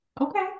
Okay